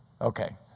Okay